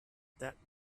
that